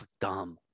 dumb